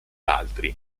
altri